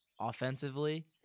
offensively